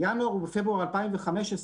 בינואר ובפברואר 2015,